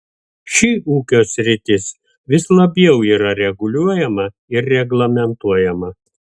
ši ūkio sritis vis labiau yra reguliuojama ir reglamentuojama